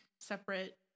separate